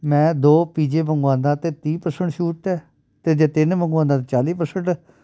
ਮੈਂ ਦੋ ਪੀਜੇ ਮੰਗਵਾਉਂਦਾ ਤਾਂ ਤੀਹ ਪ੍ਰਸੈਂਟ ਛੂਟ ਹੈ ਅਤੇ ਜੇ ਤਿੰਨ ਮੰਗਵਾਉਂਦਾ ਤਾਂ ਚਾਲੀ ਪ੍ਰਸੈਂਟ